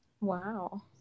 Wow